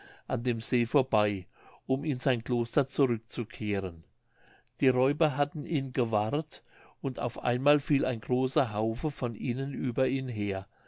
an dem see vorbei um in sein kloster zurückzukehren die räuber hatten ihn gewahrt und auf einmal fiel ein großer haufe von ihnen über ihn her